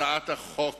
הצעת החוק